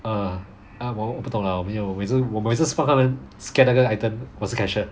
err !huh! 我不懂了 lah 我没有我每次我每次 spot 他们 scan 那个 item 我是 cashier